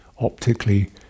optically